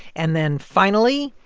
and then finally,